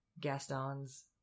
Gaston's